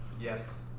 Yes